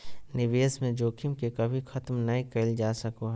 निवेश में जोखिम के कभी खत्म नय कइल जा सको हइ